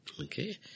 Okay